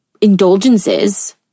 indulgences